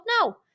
No